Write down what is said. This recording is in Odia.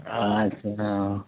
ଆଚ୍ଛା ହଁ